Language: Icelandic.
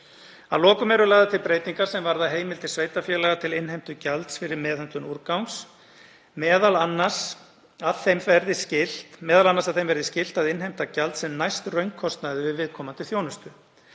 Að lokum eru lagðar til breytingar sem varða heimildir sveitarfélaga til innheimtu gjalds fyrir meðhöndlun úrgangs, m.a. að þeim verði skylt að innheimta gjald sem næst raunkostnaði við viðkomandi þjónustu.